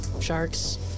sharks